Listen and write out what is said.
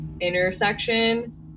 intersection